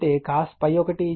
కాబట్టి cos ∅1 విలువ 0